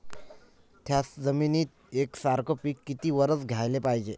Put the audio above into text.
थ्याच जमिनीत यकसारखे पिकं किती वरसं घ्याले पायजे?